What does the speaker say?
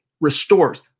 restores